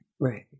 Right